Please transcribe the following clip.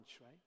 right